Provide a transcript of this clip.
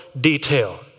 detail